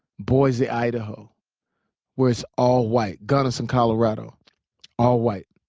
boise, idaho where it's all white gunnison, colorado all white.